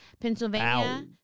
Pennsylvania